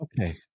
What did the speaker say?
Okay